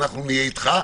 ואנחנו נהיה אתך.